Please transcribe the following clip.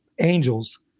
angels